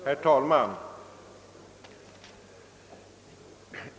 Herr talman!